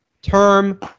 term